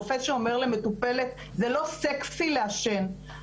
רופא שאומר למטופלת 'זה לא סקסי לעשן',